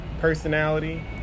personality